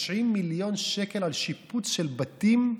90 מיליון שקל על שיפוץ של בתים,